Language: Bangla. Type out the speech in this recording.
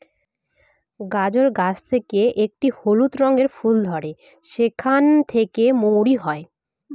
গাজর গাছ থেকে একটি হলুদ রঙের ফুল ধরে সেখান থেকে মৌরি হয়